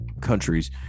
countries